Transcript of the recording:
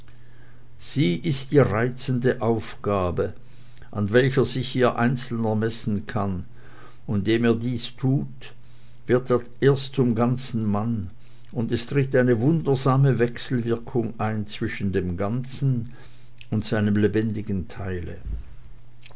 sie ist die reizende aufgabe an welcher sich ihr einzelner messen kann und indem er dies tut wird er erst zum ganzen mann und es tritt eine wundersame wechselwirkung ein zwischen dem ganzen und seinem lebendigen teile